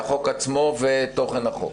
ובצדק, היא החוק עצמו ותוכן החוק.